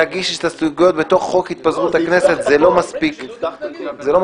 להגיש הסתייגויות בתוך חוק פיזור הכנסת זה לא מספיק סביר.